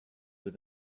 with